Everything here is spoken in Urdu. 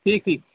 ٹھیک ٹھیک